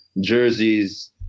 jerseys